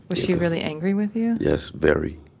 but she really angry with you? yes, very.